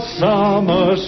summer